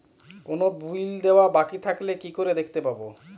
কোনো বিল দেওয়া বাকী থাকলে কি করে দেখতে পাবো?